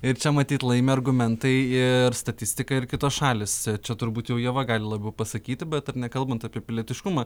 ir čia matyt laimi argumentai ir statistika ir kitos šalys čia turbūt jau ieva gali labiau pasakyti bet ar ne kalbant apie pilietiškumą